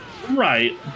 Right